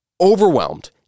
overwhelmed